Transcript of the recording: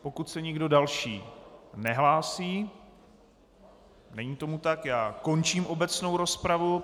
Pokud se nikdo další nehlásí není tomu tak, končím obecnou rozpravu.